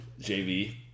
JV